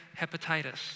hepatitis